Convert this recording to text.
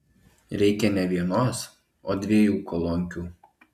reikia ne vienos o dviejų kolonkių